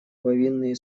повинные